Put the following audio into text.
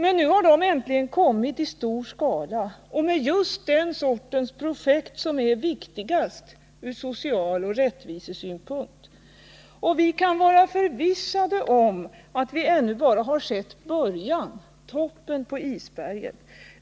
Men nu har de äntligen kommit i stor skala och med just den sortens projekt som är viktigast ur rättviseoch social synpunkt. Och vi kan vara förvissade om att vi ännu bara har sett början. toppen på isberget.